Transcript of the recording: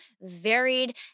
varied